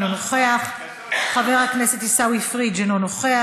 אינו נוכח,